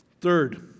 Third